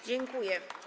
Dziękuję.